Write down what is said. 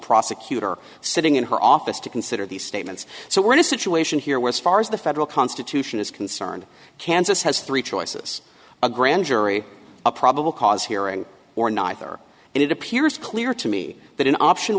prosecutor sitting in her office to consider these statements so we're in a situation here where so far as the federal constitution is concerned kansas has three choices a grand jury a probable cause hearing or neither and it appears clear to me that in option